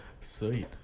Sweet